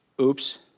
Oops